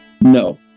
No